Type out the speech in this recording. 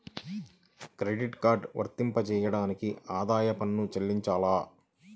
Credit card వర్తింపజేయడానికి ఆదాయపు పన్ను చెల్లించాలా?